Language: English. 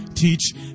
teach